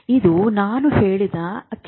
ಇದು ನಾನು ಹೇಳಿದ ಕಿಣ್ವ